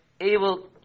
able